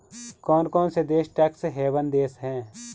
कौन कौन से देश टैक्स हेवन देश हैं?